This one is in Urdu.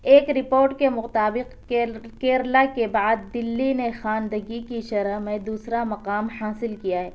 ایک رپورٹ کے مطابق کیرلا کے بعد دلّی نے خواندگی کی شرح میں دوسرا مقام حاصل کیا ہے